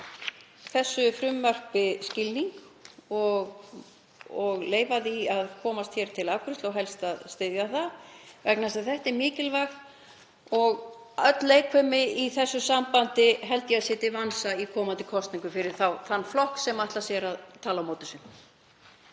þessu frumvarpi skilning og leyfa því að komast til afgreiðslu og helst að styðja það vegna þess að þetta er mikilvægt og öll leikfimi í þessu sambandi held ég að sé til vansa í komandi kosningum fyrir þann flokk sem ætlar sér að tala á móti þessu.